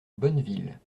bonneville